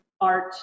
art